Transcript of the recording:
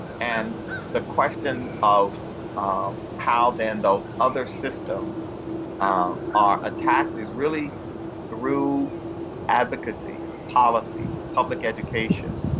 and the question of um how then those other systems um are attacked is really through advocacy, policy, public education,